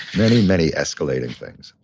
many, many escalating things.